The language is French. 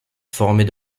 formée